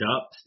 up